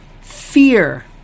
Fear